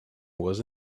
was